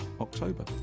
October